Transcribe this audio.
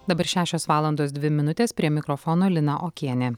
dabar šešios valandos dvi minutės prie mikrofono lina okienė